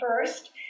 first